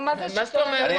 מה זאת אומרת?